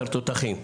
בשר תותחים.